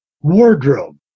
wardrobe